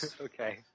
Okay